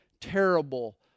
terrible